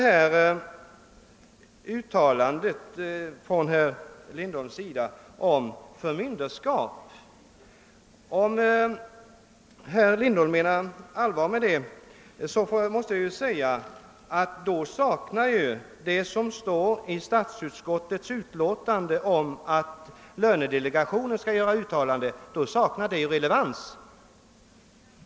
Herr Lindholm talade om förmynderskap, och menar han allvar måste jag säga att vad som står i statsutskottets utlåtande om att lönedelegationen skall uttala sig saknar relevans.